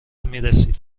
میرسید